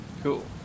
Cool